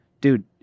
dude